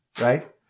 right